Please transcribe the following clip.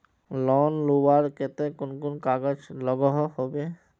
Loan लुबार केते कुन कुन कागज लागोहो होबे?